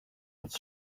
iki